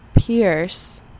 pierce